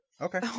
Okay